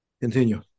continue